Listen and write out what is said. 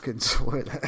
toilet